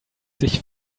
sich